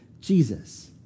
Jesus